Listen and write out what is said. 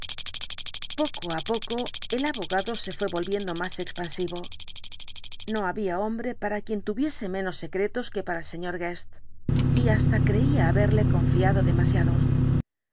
poco á poco el abogado se fué volviendo más expansivo no había hombre para quien tuviese menos secretos que para el sr guest y hasta creía haberle confiado demasiados